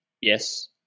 yes